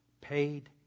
paid